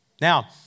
Now